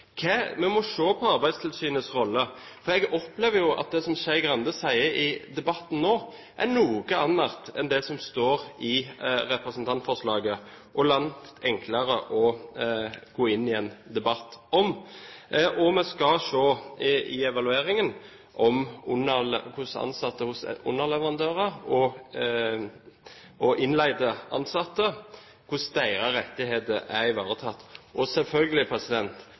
Vi må se på Arbeidstilsynets rolle, for jeg opplever at det som Skei Grande nå sier i debatten, er noe annet enn det som står i representantforslaget, og langt enklere å gå inn i en debatt om. Vi skal i evalueringen se på hvordan ansatte hos underleverandører og innleide ansattes rettigheter er ivaretatt. Og selvfølgelig